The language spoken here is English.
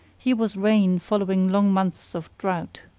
he was rain following long months of drought.